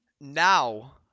now